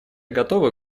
готовы